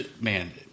man